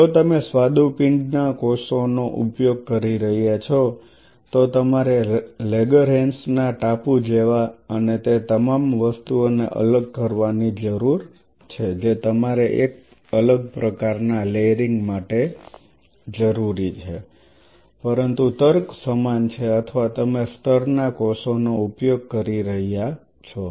જો તમે સ્વાદુપિંડના કોષો નો ઉપયોગ કરી રહ્યા છો તો તમારે લેંગરહન્સના ટાપુ જેવા અને તે તમામ વસ્તુઓને અલગ કરવાની જરૂર છે જે તમારે એક અલગ પ્રકાર ના લેયરિંગ માટે જરૂરી છે પરંતુ તર્ક સમાન છે અથવા તમે સ્તરના કોષોનો ઉપયોગ કરી રહ્યા છો